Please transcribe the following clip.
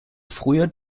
frühen